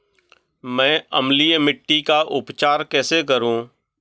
मैं अम्लीय मिट्टी का उपचार कैसे करूं?